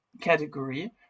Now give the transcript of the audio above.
category